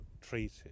treated